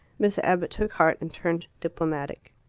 miss abbott took heart and turned diplomatic.